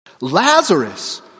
Lazarus